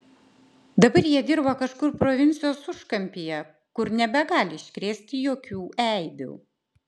dabar jie dirba kažkur provincijos užkampyje kur nebegali iškrėsti jokių eibių